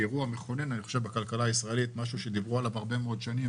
שהיא אירוע מכונן בכלכלה הישראלית ומשהו שדיברו עליו הרבה מאוד שנים,